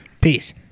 Peace